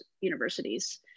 universities